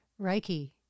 Reiki